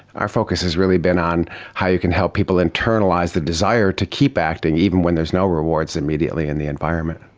our focus has really been on how you can help people internalise the desire to keep acting, even when there is no rewards immediately in the environment.